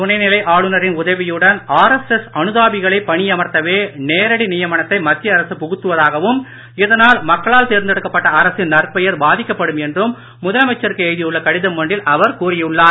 துணைநிலை ஆளுநரின் உதவியுடன் ஆர்எஸ்எஸ் அனுதாபிகளை பணியமர்த்தவே நேரடி நியமனத்தை மத்திய அரசு புகுத்துவதாகவும் இதனால் மக்களால் தேர்ந்தெடுக்கப்பட்ட அரசின் நற்பெயர் பாதிக்கப்படும் என்றும் முதலமைச்சருக்கு எழுதியுள்ள கடிதம் ஒன்றில் அவர் கூறியுள்ளார்